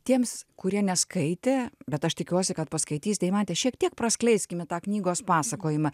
tiems kurie neskaitė bet aš tikiuosi kad paskaitys deimante šiek tiek praskleiskime tą knygos pasakojimą